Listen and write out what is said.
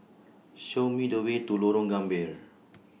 Show Me The Way to Lorong Gambir